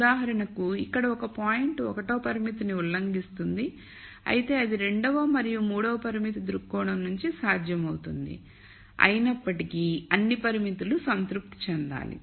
ఉదాహరణకు ఇక్కడ ఒక పాయింట్ ఒకటవ పరిమితిని ఉల్లంఘిస్తుంది అయితే ఇది రెండవ మరియు 3 వ పరిమితి దృక్కోణం నుండి సాధ్యమవుతుంది అయినప్పటికీ అన్ని పరిమితులు సంతృప్తి చెందాలి